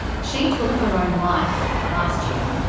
she took her own life last year.